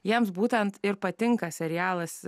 jiems būtent ir patinka serialas